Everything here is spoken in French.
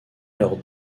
leurs